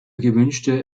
gewünschte